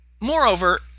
Moreover